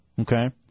Okay